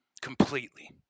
completely